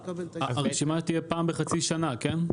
הרשימה תהיה פעם בחצי שנה, כן?